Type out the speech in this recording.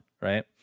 right